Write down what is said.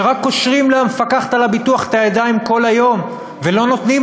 שרק קושרים למפקחת על הביטוח את הידיים כל היום ולא נותנים